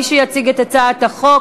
מי שיציג את הצעת החוק